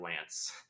lance